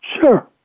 Sure